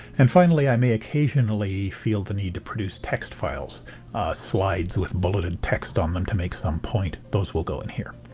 and finally i may occasionally feel the need to produce text files slides with bulleted text on them to make some point. those will go in here.